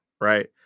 right